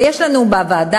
ויש לנו בוועדה,